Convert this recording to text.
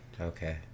Okay